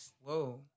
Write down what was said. Whoa